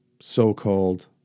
so-called